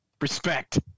respect